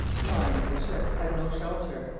mine at the ships had no shelter,